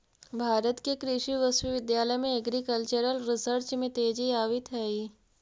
भारत के कृषि विश्वविद्यालय में एग्रीकल्चरल रिसर्च में तेजी आवित हइ